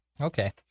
Okay